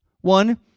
One